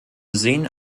sehen